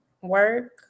work